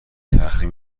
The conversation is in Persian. تاخیر